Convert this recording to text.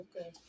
okay